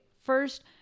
first